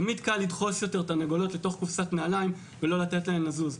תמיד קל לדחוס יותר תרנגולות לתוך קופסת נעליים ולא לתת להן לזוז.